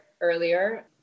earlier